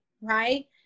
right